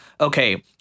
okay